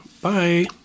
Bye